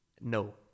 no